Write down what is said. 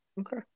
Okay